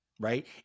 right